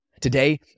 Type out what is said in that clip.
Today